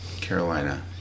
Carolina